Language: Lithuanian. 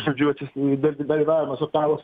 žodžiu atsis nu dar dalyvavimas sutarus